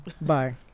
Bye